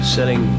Selling